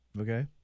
Okay